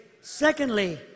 Secondly